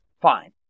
fine